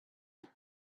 him